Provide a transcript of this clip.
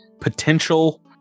potential